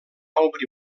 obrir